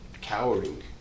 cowering